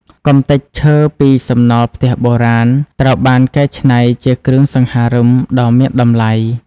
កម្ទេចឈើពីសំណល់ផ្ទះបុរាណ ត្រូវបានកែច្នៃជាគ្រឿងសង្ហារឹមដ៏មានតម្លៃ។